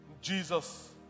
Jesus